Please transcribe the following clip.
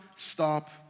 Stop